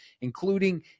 including